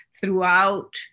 throughout